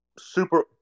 super –